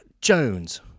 Jones